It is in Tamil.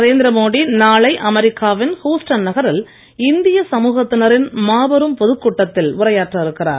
நரேந்திர மோடி நாளை அமெரிக்காவின் ஹுஸ்டன் நகரில் இந்திய சமுகத்தினரின் மாபெரும் பொதுக் கூட்டத்தில் உரையாற்ற இருக்கிறார்